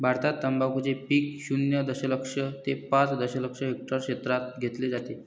भारतात तंबाखूचे पीक शून्य दशलक्ष ते पाच दशलक्ष हेक्टर क्षेत्रात घेतले जाते